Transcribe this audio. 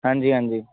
ਹਾਂਜੀ ਹਾਂਜੀ